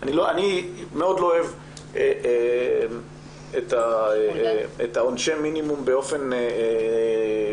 אני לא מאוד לא אוהב את עונשי המינימום באופן גורף.